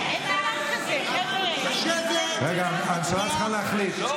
הממשלה צריכה להחליט.